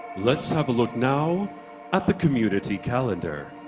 let's have a look now at the community calender.